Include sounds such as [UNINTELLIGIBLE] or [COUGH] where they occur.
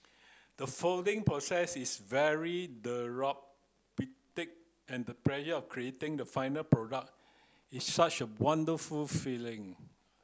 the folding process is very [UNINTELLIGIBLE] and that pleasure of creating the final product is such a wonderful feeling